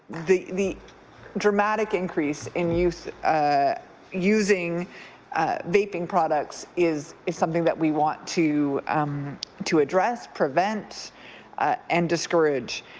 the the dramatic increase in youth using vaping products is is something that we want to um to address, prevent and discourage.